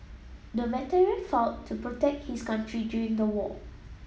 the veteran fought to protect his country during the war